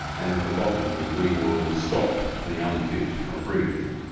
and at the bottom end we will stop the unfit from breeding.